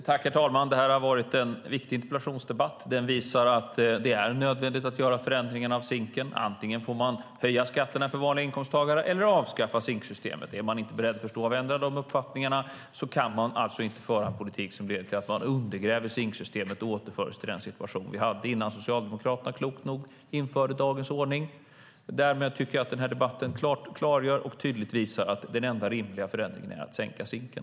Herr talman! Det har varit en viktig interpellationsdebatt. Den visar att det är nödvändigt att göra förändringen av SINK:en. Antingen får man höja skatterna för vanliga inkomsttagare eller avskaffa SINK-systemet. Är man inte beredd att stå för endera av dessa uppfattningar kan man inte föra en politik som leder till att man undergräver SINK-systemet och återför oss till den situation vi hade innan Socialdemokraterna klokt nog införde dagens ordning. Jag tycker att denna debatt klart och tydligt har visat att den enda rimliga förändringen är att sänka SINK:en.